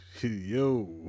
Yo